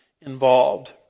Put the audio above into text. involved